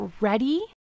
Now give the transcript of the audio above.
ready